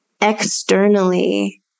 externally